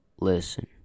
Listen